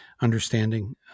understanding